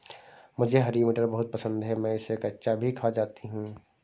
मुझे हरी मटर बहुत पसंद है मैं इसे कच्चा भी खा जाती हूं